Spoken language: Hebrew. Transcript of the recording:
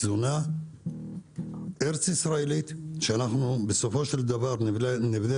תזונה ארצישראלית שאנחנו בסופו של דבר נבנה